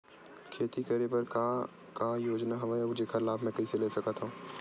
खेती करे बर का का योजना हवय अउ जेखर लाभ मैं कइसे ले सकत हव?